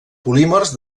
polímers